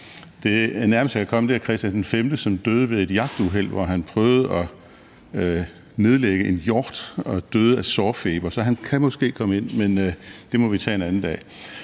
jeg kan komme det, er Christian d. 5, som døde ved et jagtuheld, hvor han prøvede at nedlægge en hjort, men døde af sårfeber, så han kan måske komme ind i billedet, men det må vi tage en anden dag.